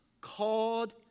called